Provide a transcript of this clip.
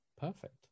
Perfect